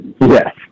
yes